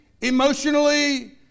emotionally